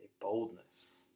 boldness